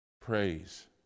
Praise